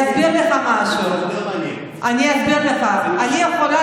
אני אסביר לך משהו, אני אסביר לך, אני יכולה